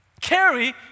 Carry